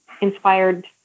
inspired